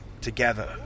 together